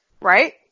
right